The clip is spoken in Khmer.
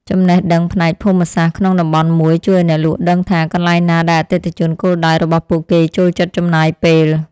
ចំណេះដឹងផ្នែកភូមិសាស្ត្រក្នុងតំបន់ជួយឱ្យអ្នកលក់ដឹងថា កន្លែងណាដែលអតិថិជនគោលដៅរបស់ពួកគេចូលចិត្តចំណាយពេល។